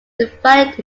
divided